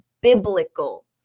biblical